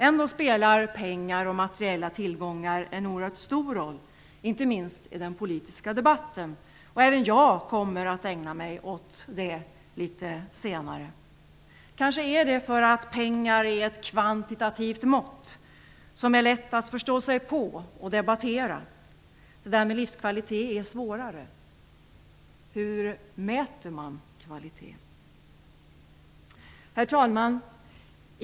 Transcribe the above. Ändå spelar pengar och materiella tillgångar en oerhört stor roll, inte minst i den politiska debatten, och även jag kommer att ägna mig åt det litet senare i mitt anförande. Kanske beror det på att pengar är ett kvantitativt mått, som är lätt att förstå sig på och debattera. Det där med livskvalitet är svårare. Hur mäter man kvalitet? Herr talman!